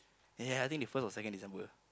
ya ya ya I think they first or second December